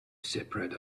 separate